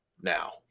Now